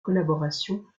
collaboration